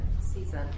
season